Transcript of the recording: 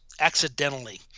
accidentally